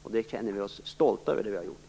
Vi känner oss stolta över det vi där har gjort.